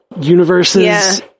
universes